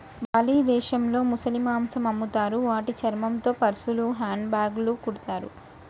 Bali దేశంలో ముసలి మాంసం అమ్ముతారు వాటి చర్మంతో పర్సులు, హ్యాండ్ బ్యాగ్లు కుడతారు